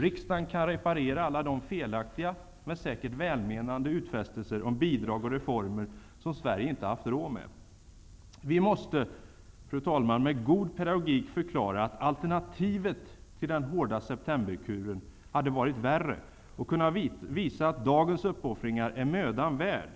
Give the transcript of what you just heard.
Riksdagen kan reparera alla de felaktiga -- men säkert välmenande -- utfästelser om bidrag och reformer som Sverige inte har haft råd med. Vi måste, fru talman, med god pedagogik förklara att alternativet till den hårda septemberkuren hade varit värre och kunna visa att dagens uppoffringar är mödan värd.